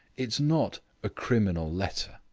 it's not a criminal letter.